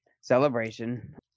celebration